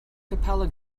capella